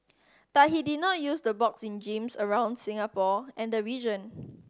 but he did not use to box in gyms around Singapore and the region